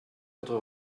quatre